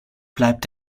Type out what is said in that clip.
bleibt